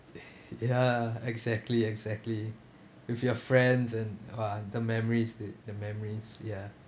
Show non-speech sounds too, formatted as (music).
(laughs) ya exactly exactly with your friends and !wah! the memories did the memories ya